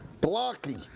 Blocky